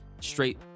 straight